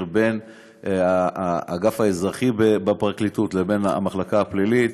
בין האגף האזרחי בפרקליטות לבין המחלקה הפלילית,